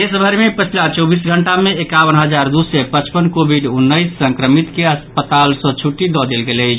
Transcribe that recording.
देशभरि मे पछिला चौबीस घंटा मे एकावन हजार दू सय पचपन कोविड उन्नैस संक्रमित के अस्पताल सँ छुट्टी दऽ देल गेल अछि